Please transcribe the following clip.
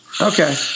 Okay